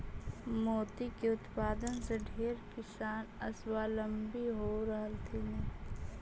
मोती के उत्पादन से ढेर किसान स्वाबलंबी हो रहलथीन हे